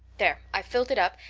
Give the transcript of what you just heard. there, i've filled it up,